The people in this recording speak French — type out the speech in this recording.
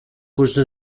cause